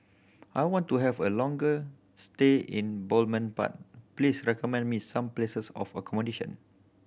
I want to have a longer stay in Belmopan please recommend me some places of accommodation